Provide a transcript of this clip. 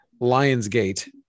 Lionsgate